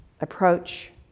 approach